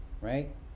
right